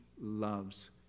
loves